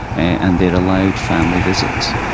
and they are allowed family visits.